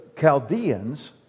Chaldeans